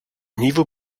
niveau